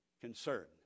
concern